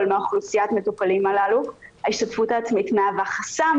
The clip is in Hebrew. מאוכלוסיית המטופלים הללו ההשתתפות העצמית מהווה חסם,